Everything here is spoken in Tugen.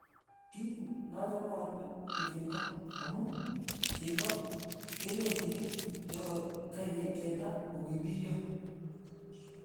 Kit nachame alue ko cheko amu cheko kenyorchini ya ka kaikei teta kokipiyo.